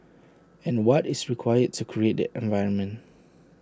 and what is required to create that environment